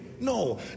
no